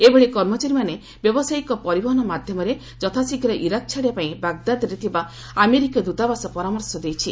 ଏଭଳି କର୍ମଚାରୀମାନେ ବ୍ୟବସାୟିକ ପରିବହନ ମାଧ୍ୟମରେ ଯଥାଶୀଘ୍ର ଇରାକ ଛାଡ଼ିବା ପାଇଁ ବାଗ୍ଦାଦ୍ରେ ଥିବା ଆମେରିକୀୟ ଦୂତବାସ ପରାମର୍ଶ ଦେଇଛି